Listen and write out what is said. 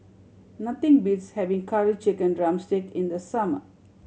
nothing beats having Curry Chicken drumstick in the summer